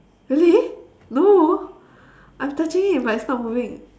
really no I'm touching it but it's not moving